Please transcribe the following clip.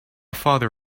father